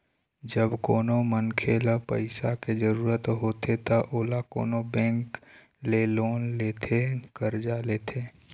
जब कोनो मनखे ल पइसा के जरुरत होथे त ओहा कोनो बेंक ले लोन लेथे करजा लेथे